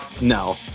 No